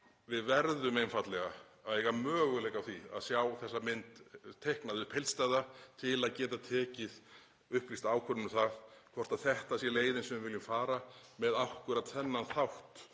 Við verðum einfaldlega að eiga möguleika á því að sjá þessa mynd teiknaða upp heildstæða til að geta tekið upplýsta ákvörðun um það hvort þetta sé leiðin sem við viljum fara með akkúrat þennan þátt